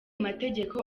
mategeko